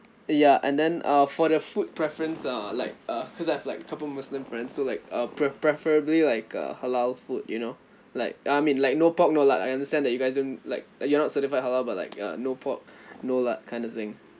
ya and then uh for the food preference uh like uh cause I've like couple muslim friends so like uh prefer~ preferably like a halal food you know like I mean like no pork no lard I understand that you guys don't like you're not certified halal but like uh no pork no lard kind of thing